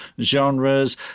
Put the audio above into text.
genres